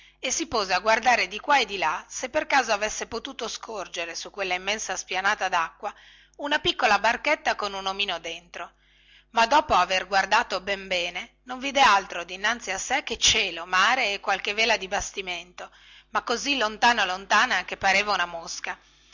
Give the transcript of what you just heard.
e si pose a guardare di qua e di là se per caso avesse potuto scorgere su quella immensa spianata dacqua una piccola barchetta con un omino dentro ma dopo aver guardato ben bene non vide altro dinanzi a sé che cielo mare e qualche vela di bastimento ma così lontana che pareva una mosca